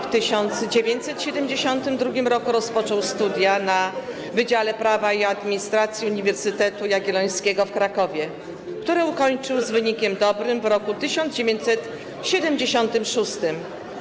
W 1972 r. rozpoczął studia na Wydziale Prawa i Administracji Uniwersytetu Jagiellońskiego w Krakowie, które ukończył z wynikiem dobrym w roku 1976.